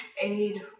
aid